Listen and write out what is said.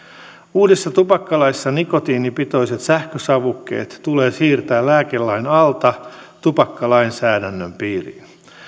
uudessa tupakkalaissa nikotiinipitoiset sähkösavukkeet tulee siirtää lääkelain alta tupakkalainsäädännön piiriin